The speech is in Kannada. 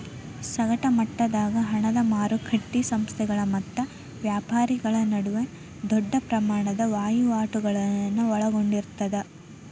ಸಗಟ ಮಟ್ಟದಾಗ ಹಣದ ಮಾರಕಟ್ಟಿ ಸಂಸ್ಥೆಗಳ ಮತ್ತ ವ್ಯಾಪಾರಿಗಳ ನಡುವ ದೊಡ್ಡ ಪ್ರಮಾಣದ ವಹಿವಾಟುಗಳನ್ನ ಒಳಗೊಂಡಿರ್ತದ